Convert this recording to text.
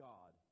God